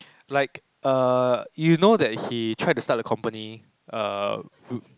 like err you know that he tried to start the company err